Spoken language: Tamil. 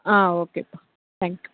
ஆ ஓகேப்பா தேங்க் யூ